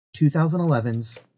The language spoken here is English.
2011's